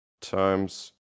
times